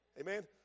Amen